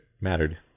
mattered